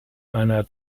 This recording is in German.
einer